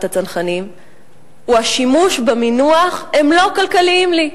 הצנחנים הוא השימוש במינוח: "הם לא כלכליים לי".